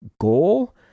goal